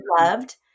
loved